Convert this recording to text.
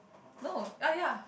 no ya ya